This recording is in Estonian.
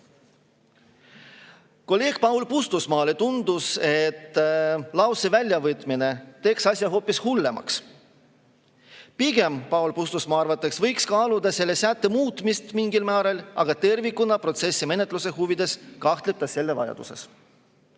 Kolleeg Paul Puustusmaale tundus, et lause väljavõtmine teeks asja hoopis hullemaks. Pigem võiks Paul Puustusmaa arvates kaaluda selle sätte muutmist mingil määral, aga tervikuna, protsessi menetluse huvides kahtles ta selle vajaduses.